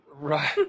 Right